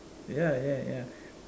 ya ya ya